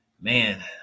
man